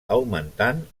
augmentant